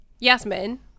Yasmin